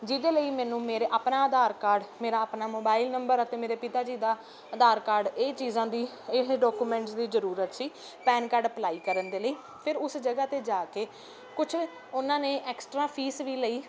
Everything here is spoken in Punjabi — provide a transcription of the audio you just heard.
ਜਿਹਦੇ ਲਈ ਮੈਨੂੰ ਮੇਰਾ ਆਪਣਾ ਆਧਾਰ ਕਾਰਡ ਮੇਰਾ ਆਪਣਾ ਮੋਬਾਈਲ ਨੰਬਰ ਅਤੇ ਮੇਰੇ ਪਿਤਾ ਜੀ ਦਾ ਆਧਾਰ ਕਾਰਡ ਇਹ ਚੀਜ਼ਾਂ ਦੀ ਇਹ ਡਾਕੂਮੈਂਟਸ ਦੀ ਜ਼ਰੂਰਤ ਸੀ ਪੈਨ ਕਾਰਡ ਅਪਲਾਈ ਕਰਨ ਦੇ ਲਈ ਫਿਰ ਉਸ ਜਗ੍ਹਾ 'ਤੇ ਜਾ ਕੇ ਕੁਛ ਉਹਨਾਂ ਨੇ ਐਕਸਟਰਾ ਫੀਸ ਵੀ ਲਈ